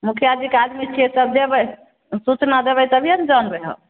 मुखिया जीके आदमी छीयै तब जेबे सूचना देबे तभिये ने जानबै हम